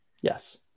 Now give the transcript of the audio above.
Yes